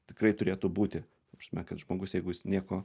tikrai turėtų būti ta prasme kad žmogus jeigu jis nieko